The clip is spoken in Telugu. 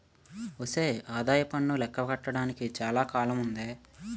ఒసే ఆదాయప్పన్ను లెక్క కట్టడానికి చాలా కాలముందే